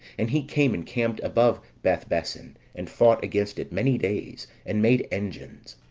and he came, and camped above bethbessen, and fought against it many days, and made engines.